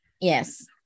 Yes